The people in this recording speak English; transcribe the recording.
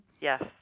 Yes